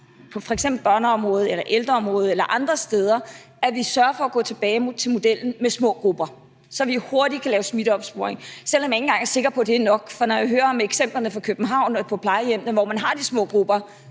børneområdet, ældreområdet eller andre steder, sørger for at gå tilbage til modellen med små grupper, så vi hurtigt kan lave smitteopsporing, selv om jeg ikke engang er sikker på, at det er nok. For når jeg hører om eksemplerne fra København med plejehjemmene, hvor man har de små grupper,